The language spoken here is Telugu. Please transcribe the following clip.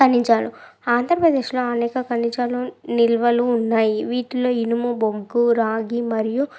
ఖనిజాలు ఆంధ్రప్రదేశ్లో అనేక ఖనిజాలు నిల్వలు ఉన్నాయి వీటిలో ఇనుము బొగ్గు రాగి మరియు